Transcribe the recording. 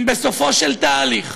אם בסופו של תהליך